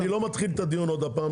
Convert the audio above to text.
אני לא מתחיל את הדיון עוד הפעם,